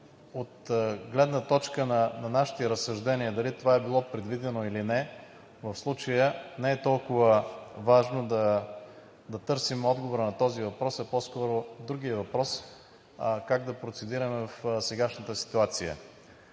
от гледна точка на нашите разсъждения дали това е било предвидено или не в случая не е толкова важно да търсим отговора на този въпрос, а по-скоро на другия въпрос: как да процедираме в сегашната ситуация?